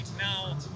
now